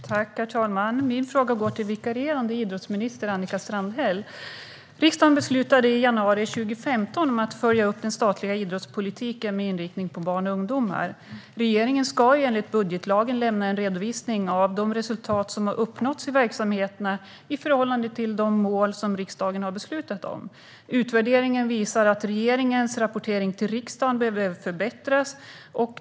Herr talman! Min fråga går till vikarierande idrottsminister Annika Strandhäll. Riksdagen beslutade i januari 2015 att följa upp den statliga idrottspolitiken med inriktning på barn och ungdomar. Regeringen ska enligt budgetlagen lämna en redovisning av de resultat som uppnåtts i verksamheterna i förhållande till de mål som riksdagen har beslutat om. Utvärderingen visar att regeringens rapportering till riksdagen behöver förbättras.